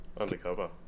Undercover